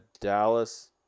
Dallas